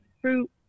fruit